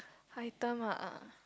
item ah